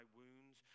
wounds